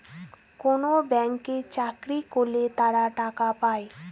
কোনো ব্যাঙ্কে চাকরি করলে তারা টাকা পায়